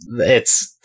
it's-